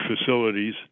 facilities